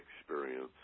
experience